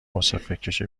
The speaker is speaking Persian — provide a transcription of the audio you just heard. مسافرکش